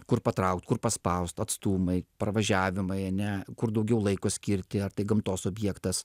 kur patraukt kur paspaust atstumai pravažiavimai ane kur daugiau laiko skirti ar tai gamtos objektas